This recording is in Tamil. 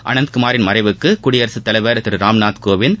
அனந்தகுமாரின் மறைவுக்கு குடியரசுத் தலைவர் திரு ராம்நாத் கோவிந்த்